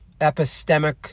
epistemic